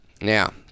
now